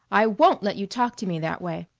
i won't let you talk to me that way!